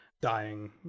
dying